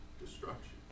destruction